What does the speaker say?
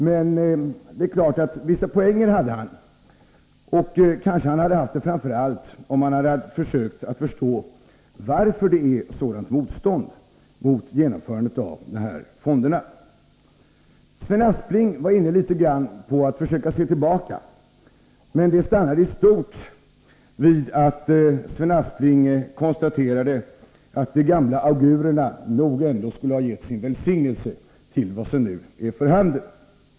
Men det är klart att han hade vissa poänger — och framför allt hade han kanske haft det om han hade försökt förstå varför det är sådant motstånd mot genomförandet av fonderna. Sven Aspling var inne litet grand på ett försök att se tillbaka. Men det stannade i stort sett vid att Sven Aspling konstaterade att de gamla augurerna nog ändå skulle ha gett sin välsignelse till vad som nu är för handen.